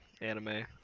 anime